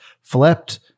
flipped